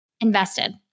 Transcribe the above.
invested